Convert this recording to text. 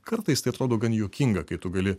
kartais tai atrodo gan juokinga kai tu gali